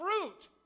fruit